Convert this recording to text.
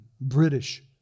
British